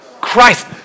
Christ